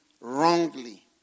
wrongly